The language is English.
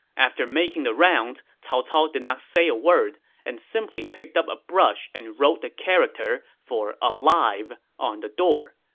after making the rounds, cao cao did not say a word and simply picked up a brush and wrote the character for alive on the door.